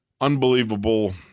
unbelievable